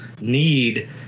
need